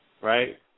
right